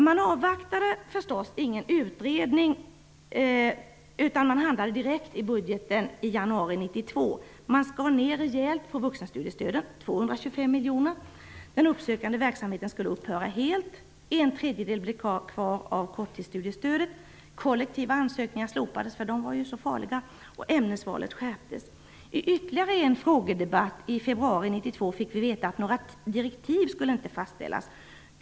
Man avvaktade förstås inte någon utredning utan handlade direkt i budgeten i januari 1992. Man skar ner rejält på vuxenstudiestöden: 225 miljoner. Den uppsökande verksamheten skulle upphöra helt. En tredjedel blev kvar av resurserna för korttidsstudiestödet. Kollektiva ansökningar slopades eftersom de var så farliga, och ämnesvalet skärptes. I ytterligare en frågedebatt i februari 1992 fick vi veta att några direktiv inte skulle fastställas.